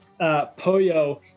Poyo